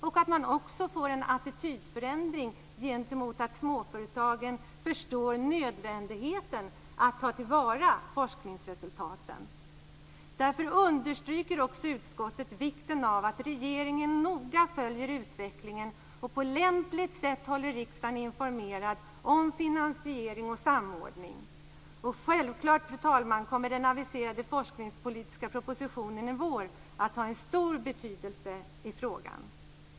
Det är vidare viktigt med en attitydförändring så att småföretagen förstår nödvändigheten av att ta till vara forskningsresultaten. Därför understryker också utskottet vikten av att regeringen noga följer utvecklingen och på lämpligt sätt håller riksdagen informerad om finansiering och samordning. Självklart, fru talman, kommer den aviserade forskningspolitiska propositionen i vår att ha stor betydelse i frågan.